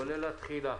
כולל התחילה.